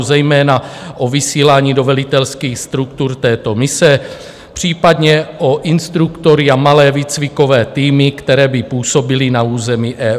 Jde zejména o vysílání do velitelských struktur této mise, případně o instruktory a malé výcvikové týmy, které by působily na území EU.